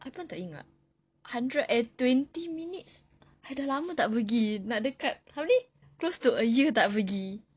I pun tak ingat hundred and twenty minutes I sudah lama tak pergi nak dekat how many close to a year tak pergi